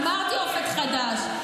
אמרתי "אופק חדש".